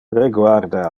reguarda